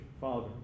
father